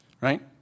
right